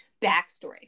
backstory